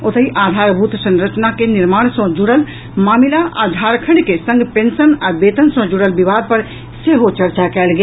ओतहि आधारभूत संरचना के निर्माण सँ जुड़ल मामिला आ झारखंड के संग पेंशन आ वेतन सँ जुड़ल विवाद पर सेहो चर्चा कयल गेल